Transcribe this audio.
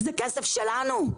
זה כסף שלנו.